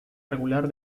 regular